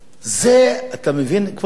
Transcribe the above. אתה מבין, כבוד השר פלד?